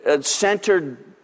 centered